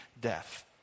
death